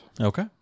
Okay